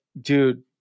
dude